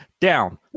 down